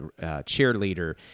cheerleader